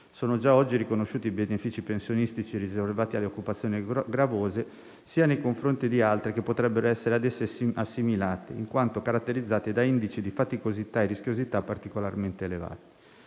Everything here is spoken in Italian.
sono già oggi riconosciuti i benefici pensionistici riservati alle occupazioni gravose sia nei confronti di altre che potrebbero essere ad esse assimilate in quanto caratterizzate da indici di faticosità e rischiosità particolarmente elevati.